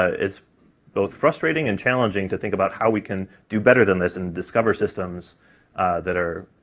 it's both frustrating and challenging to think about how we can do better than this and discover systems that are